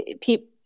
people